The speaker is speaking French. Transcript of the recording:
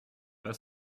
pas